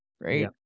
right